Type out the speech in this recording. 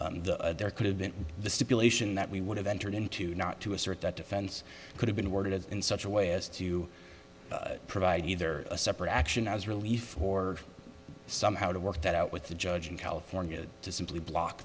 to the there could have been the stipulation that we would have entered into not to assert that defense could have been worded in such a way as to provide either a separate action as relief or somehow to work that out with the judge in california